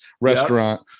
restaurant